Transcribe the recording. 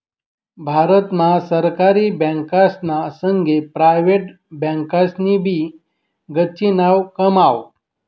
भारत मा सरकारी बँकासना संगे प्रायव्हेट बँकासनी भी गच्ची नाव कमाव